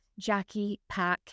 JackiePack